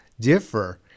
differ